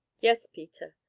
yes, peter.